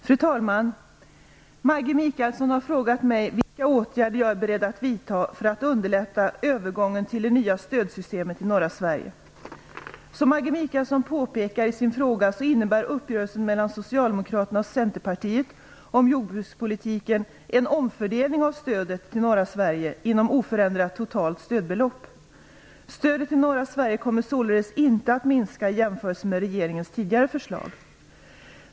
Fru talman! Maggi Mikaelsson har frågat mig vilka åtgärder jag är beredd att vidta för att underlätta övergången till det nya stödsystemet i norra Sverige. Som Maggi Mikaelsson påpekar i sin fråga så innebär uppgörelsen mellan s och c om jordbrukspolitiken en omfördelning av stödet till norra Sverige, inom oförändrat totalt stödbelopp. Stödet till norra Sverige kommer således inte att minska i jämförelse med regeringens tidigare förslag.